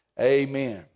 amen